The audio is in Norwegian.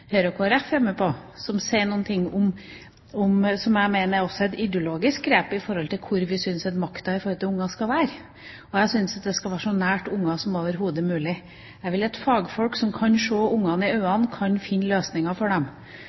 Høyre og Kristelig Folkeparti som jeg mener også er et ideologisk grep med hensyn til hvor vi syns at makta i forhold til barna skal være. Jeg syns den skal være så nær barna som overhodet mulig. Jeg vil at fagfolk som kan se barna i øynene, kan finne løsninger for dem.